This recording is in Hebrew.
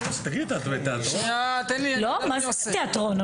מה, אנחנו בתיאטרון?